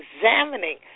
examining